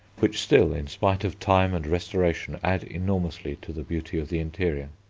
which still, in spite of time and restoration, add enormously to the beauty of the interior.